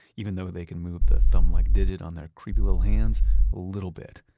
even though they can move the thumb-like digit on their creepy little hands a little bit,